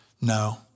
no